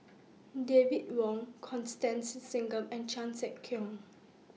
David Wong Constance Singam and Chan Sek Keong